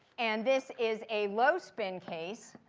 and this is a low spin case.